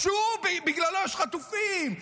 שבגללו יש חטופים?